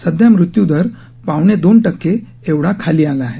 सध्या मृत्यू दर पावणे दोन टक्के एवढा खाली आला आहे